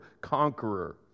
conqueror